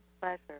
pleasure